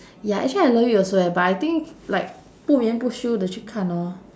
ya actually I love it also eh but I think like 不眠不休地去看 orh